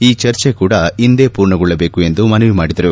ಈ ಚರ್ಚೆ ಕೂಡ ಇಂದೆ ಪೂರ್ಣಗೊಳ್ಳಬೇಕು ಎಂದು ಮನವಿ ಮಾಡಿದರು